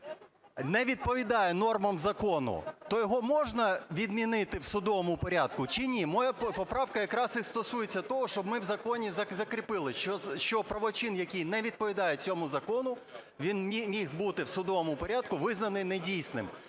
не відповідає нормам закону, то його можна відмінити в судовому порядку чи ні? Моя поправка якраз і стосується того, щоб ми в законі закріпили, що правочин, який не відповідає цьому закону, він міг бути в судовому порядку визнаний недійсним.